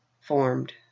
Formed